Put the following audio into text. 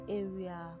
area